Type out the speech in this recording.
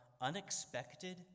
unexpected